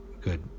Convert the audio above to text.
good